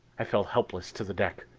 i fell helpless to the deck.